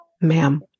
ma'am